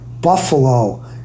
Buffalo